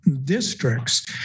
districts